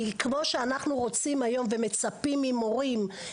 כי כמו שאנחנו רוצים היום ומצפים ממורים,